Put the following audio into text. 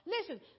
listen